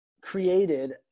created